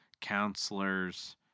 counselors